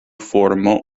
formo